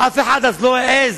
אף אחד אז לא העז,